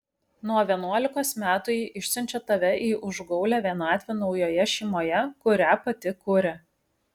nuo vienuolikos metų ji išsiunčia tave į užgaulią vienatvę naujoje šeimoje kurią pati kuria